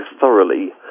thoroughly